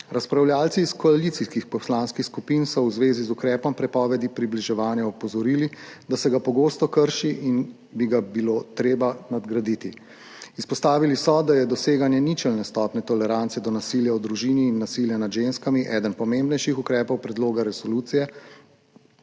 Razpravljavci iz koalicijskih poslanskih skupin so v zvezi z ukrepom prepovedi približevanja opozorili, da se ga pogosto krši in bi ga bilo treba nadgraditi. Izpostavili so, da je doseganje ničelne stopnje tolerance do nasilja v družini in nasilja nad ženskami eden pomembnejših ukrepov predloga resolucije,